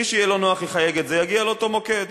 מי שיהיה לו נוח יחייג את זה, יגיע לאותו מוקד,